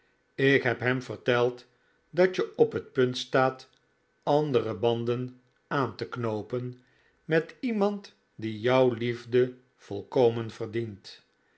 ik heb hem verteld dat je op het punt staat andere banden aan te knoopen met iemand die jouw liefde volkomen verdient